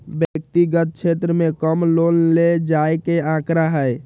व्यक्तिगत क्षेत्र में कम लोन ले जाये के आंकडा हई